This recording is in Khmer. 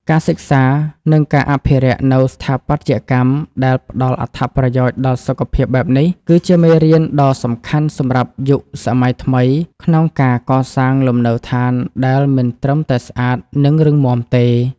ការសិក្សា និងការអភិរក្សនូវស្ថាបត្យកម្មដែលផ្តល់អត្ថប្រយោជន៍ដល់សុខភាពបែបនេះ គឺជាមេរៀនដ៏សំខាន់សម្រាប់យុគសម័យថ្មី ក្នុងការកសាងលំនៅដ្ឋានដែលមិនត្រឹមតែស្អាត និងរឹងមាំទេ។